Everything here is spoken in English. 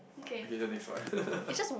okay the next one